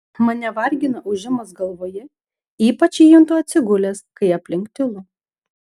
mane vargina ūžimas galvoje ypač jį juntu atsigulęs kai aplink tylu